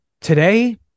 today